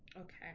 Okay